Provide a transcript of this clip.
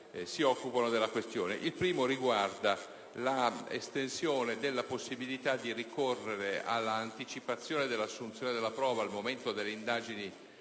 Il comma 1 prevede l'estensione della possibilità di ricorrere all'anticipazione dell'assunzione della prova al momento delle indagini